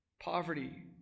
Poverty